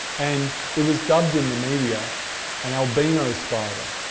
and it was dubbed in the media an albino spider.